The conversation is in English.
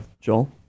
Joel